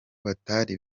batari